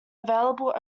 available